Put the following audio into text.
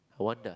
wonder